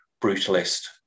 brutalist